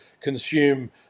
consume